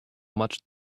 much